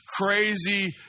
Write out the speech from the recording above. crazy